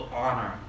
honor